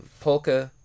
polka